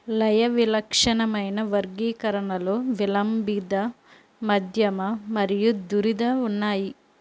లయ విలక్షణమైన వర్గీకరణలో విలంబిథ మధ్యమ మరియు ధురిథ ఉన్నాయి